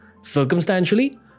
circumstantially